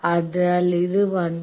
അതിനാൽ ഇത് 1